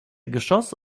geschoss